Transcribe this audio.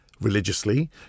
religiously